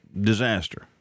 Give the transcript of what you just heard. disaster